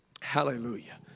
Hallelujah